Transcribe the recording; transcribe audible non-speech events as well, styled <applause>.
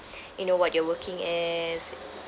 <breath> you know what you are working as